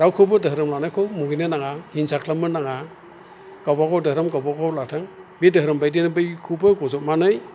रावखौबो धोरोम लानायखौ मुगैनो नाङा हिनसा खालामनो नाङा गावबागाव धोरोम गावबागाव लाथों बे धोरोम बायदिनो बैखौबो गजबनानै